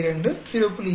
72 0